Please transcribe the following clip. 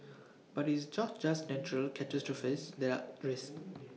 but it's job just natural catastrophes that are risks